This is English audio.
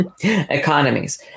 economies